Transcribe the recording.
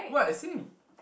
what it's him